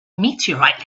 meteorite